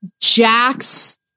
Jack's